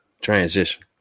Transition